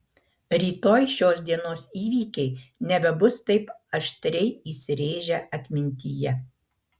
rytoj šios dienos įvykiai nebebus taip aštriai įsirėžę atmintyje